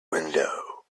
window